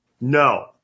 No